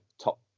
top